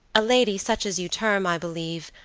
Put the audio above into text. a lady such as you term, i believe,